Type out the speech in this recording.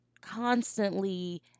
constantly